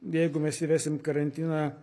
jeigu mes įvesim karantiną